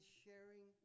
sharing